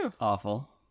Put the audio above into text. awful